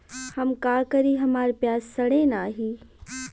हम का करी हमार प्याज सड़ें नाही?